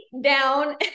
down